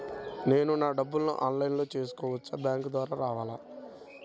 నేను నా డబ్బులను ఆన్లైన్లో చేసుకోవచ్చా? బ్యాంక్ దగ్గరకు రావాలా?